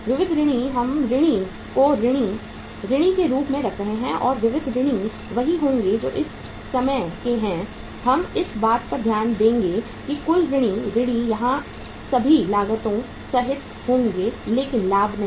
विविध ऋणी हम ऋणी को ऋणी ऋणी के रूप में रख रहे हैं और विविध ऋणी वही होंगे जो इस समय के हैं हम इस बात पर ध्यान देंगे कि कुल ऋणी ऋणी यहाँ सभी लागतों सहित होंगे लेकिन लाभ नहीं